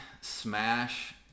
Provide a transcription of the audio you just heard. Smash